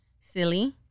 silly